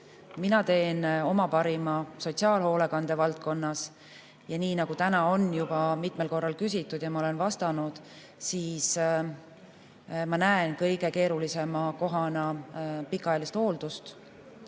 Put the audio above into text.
Mina teen oma parima sotsiaalhoolekande valdkonnas. Täna on juba mitmel korral küsitud ja ma olen vastanud, et ma näen kõige keerulisema kohana pikaajalist hooldust.